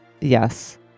yes